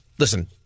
Listen